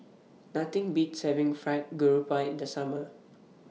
Nothing Beats having Fried Garoupa in The Summer